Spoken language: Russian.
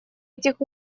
этих